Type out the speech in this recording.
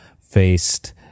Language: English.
faced